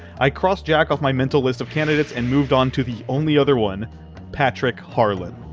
i crossed jack off my mental list of candidates and moved onto the only other one patrick harlan.